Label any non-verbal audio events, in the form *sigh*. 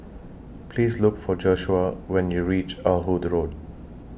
Please Look For *unintelligible* when YOU REACH Ah Hood Road